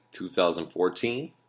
2014